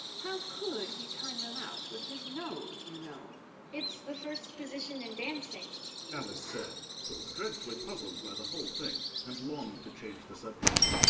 how could he turn them out with his nose, you know it's the first position in dancing alice said but was dreadfully puzzled by the whole thing, and longed to change the subject.